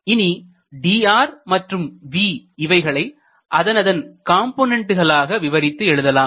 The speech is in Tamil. இனி dr மற்றும் V இவைகளை அதனதன் காம்போனன்டுகளாக விவரித்து எழுதலாம்